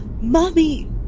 mommy